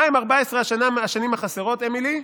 מהן 14 השנה מהשנים החסרות, אמילי?